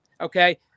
Okay